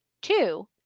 two